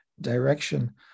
direction